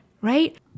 right